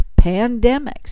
pandemics